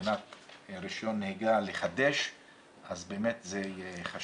מבחינת חידוש רישיון נהיגה באמת זה חשוב,